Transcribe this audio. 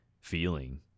feeling